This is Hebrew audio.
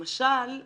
למשל,